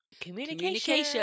Communication